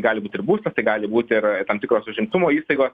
gali būt ir būstą tai gali būti ir tam tikros užimtumo įstaigos